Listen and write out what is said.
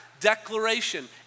declaration